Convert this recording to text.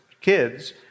kids